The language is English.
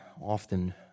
often